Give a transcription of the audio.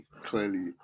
clearly